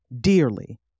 dearly